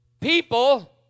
People